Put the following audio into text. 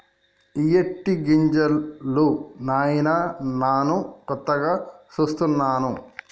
ఇయ్యేటి గింజలు నాయిన నాను కొత్తగా సూస్తున్నాను